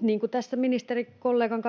Niin kuin tässä ministerikollegan kanssa